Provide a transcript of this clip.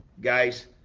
guys